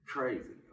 crazy